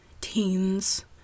teens